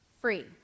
free